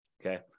Okay